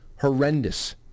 horrendous